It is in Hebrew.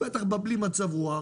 בא בלי מצב רוח,